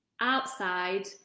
outside